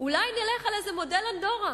אולי נלך על איזה מודל אנדורה?